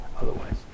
otherwise